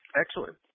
Excellent